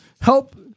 help